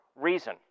reason